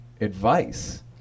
advice